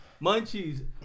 Munchies